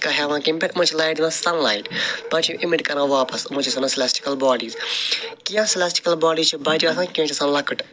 ہٮ۪وان کَمہِ پٮ۪ٹھ یِمَن چھِ لایِٹ دِوان سن لایِٹ پتہٕ چھِ اِمِٹ کَران واپس یِمن چھِ أسۍ وَنان سِلٮ۪سٹِکٕل باڈیٖز کیٚنٛہہ سِلٮ۪سٹِکٕل باڈی چھِ بجہِ آسان کیٚنٛہہ چھِ آسان لۄکٕٹ